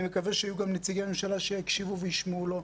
אני מקווה מאוד שיהיו גם נציגי ממשלה שיקשיבו וישמעו לו.